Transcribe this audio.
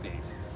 based